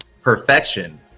Perfection